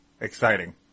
exciting